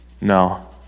No